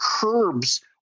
curbs